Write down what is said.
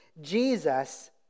Jesus